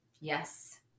Yes